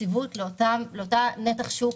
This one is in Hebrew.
יציבות לאותו נתח שוק